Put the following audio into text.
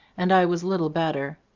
and i was little better.